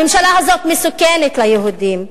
הממשלה הזאת מסוכנת ליהודים.